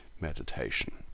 meditation